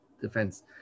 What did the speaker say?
defense